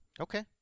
Okay